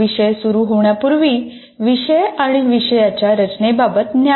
विषय सुरू होण्यापूर्वी विषय आणि विषयाच्या रचनेबाबत ज्ञान